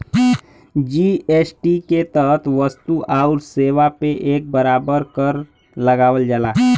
GST के तहत वस्तु आउर सेवा पे एक बराबर कर लगावल जाला